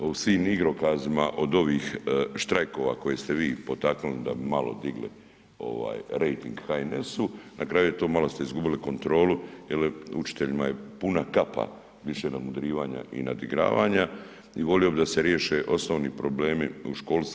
A u svim igrokazima od ovih štrajkova koje ste vi potaknuli da bi malo digli rejting HNS-u na kraju to malo ste izgubili kontrolu jer učiteljima je puna kapa više nadmudrivanja i nadigravanja i volio bih da se riješe osnovni problemi u školstvu.